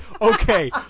Okay